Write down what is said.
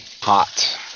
hot